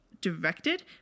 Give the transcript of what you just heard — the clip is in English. directed